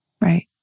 Right